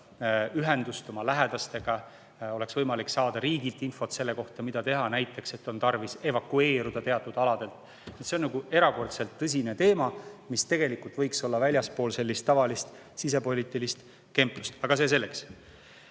ühendust oma lähedastega, oleks võimalik saada riigilt infot selle kohta, mida teha, näiteks et on tarvis evakueeruda teatud aladelt. See on erakordselt tõsine teema, mis tegelikult võiks olla väljaspool tavalist sisepoliitilist kemplust. Aga see selleks.